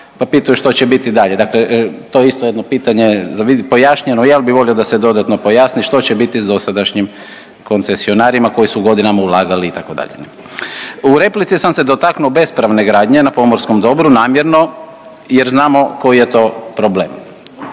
pa pitaju što će biti dalje. Dakle, to je isto jedno pitanje za vidit. Pojašnjeno je, ali bih volio da se dodatno pojasni što ć biti sa dosadašnjim koncesionarima koji su godinama ulagali itd. U replici sam se dotaknuo bespravne gradnje na pomorskom dobru namjerno jer znamo koji je to problem.